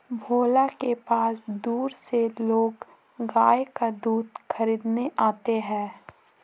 भोला के पास दूर से लोग गाय का दूध खरीदने आते हैं